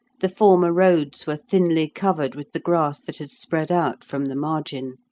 the former roads were thinly covered with the grass that had spread out from the margin.